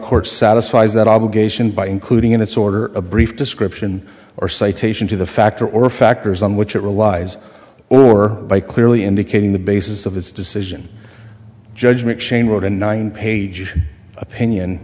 court satisfies that obligation by including in its order a brief description or citation to the factor or factors on which it relies or by clearly indicating the basis of his decision judgment chain wrote a nine page opinion